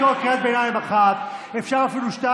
חבר הכנסת כץ, חבר הכנסת כץ, תן לה להשיב לך.